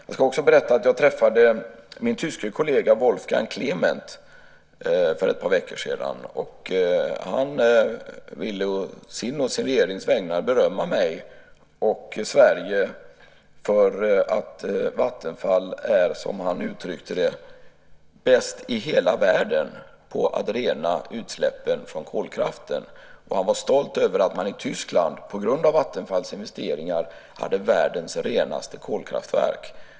Jag ska också berätta att jag träffade min tyske kollega Wolfgang Klement för ett par veckor sedan. Han ville å sin och sin regerings vägnar berömma mig och Sverige för att Vattenfall är, som han uttryckte det, bäst i hela världen på att rena utsläppen från kolkraften. Han var stolt över att man i Tyskland, på grund av Vattenfalls investeringar, hade världens renaste kolkraftverk.